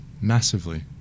Massively